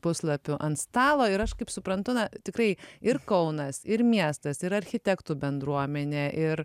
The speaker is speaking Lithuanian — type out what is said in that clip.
puslapių ant stalo ir aš kaip suprantu na tikrai ir kaunas ir miestas ir architektų bendruomenė ir